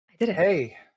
Hey